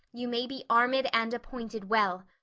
you may be armed and appointed well.